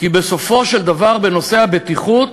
כי בסופו של דבר, בנושא הבטיחות